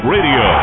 Radio